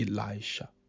Elisha